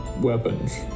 weapons